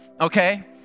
okay